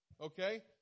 Okay